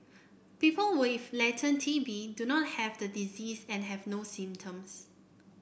people with latent T B do not have the disease and have no symptoms